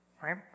Right